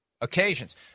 occasions